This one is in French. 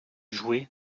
jouet